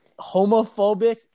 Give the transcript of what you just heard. homophobic